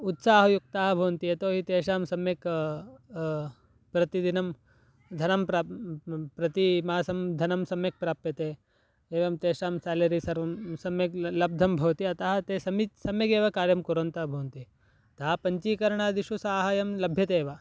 उत्साहयुक्ताः भवन्ति यतोहि तेषां सम्यक् प्रतिदिनं धनं प्राप् प्रतीमासं धनं सम्यक् प्राप्यते एवं तेषां सेलरी सर्वं सम्यक् लब्धं भवति अतः ते समी सम्यगेव कार्यं कुर्वन्तः भवन्ति अतः पञ्चीकरणादिषु सहायं लभ्यते एव